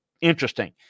interesting